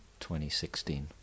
2016